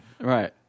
Right